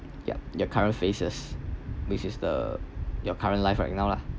yup your current phases which is the your current life right now lah